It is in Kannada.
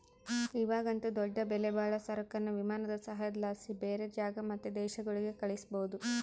ಇವಾಗಂತೂ ದೊಡ್ಡ ಬೆಲೆಬಾಳೋ ಸರಕುನ್ನ ವಿಮಾನದ ಸಹಾಯುದ್ಲಾಸಿ ಬ್ಯಾರೆ ಜಾಗ ಮತ್ತೆ ದೇಶಗುಳ್ಗೆ ಕಳಿಸ್ಬೋದು